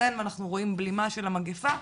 התחסן ואנחנו רואים בלימה של המגיפה.